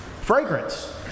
Fragrance